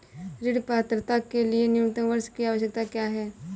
ऋण पात्रता के लिए न्यूनतम वर्ष की आवश्यकता क्या है?